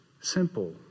simple